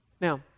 Now